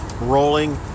rolling